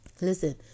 Listen